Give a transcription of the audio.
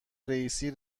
رییسی